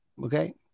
Okay